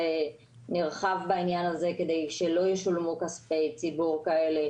נרחב בעניין הזה כדי שלא ישולמו כספי ציבור כאלה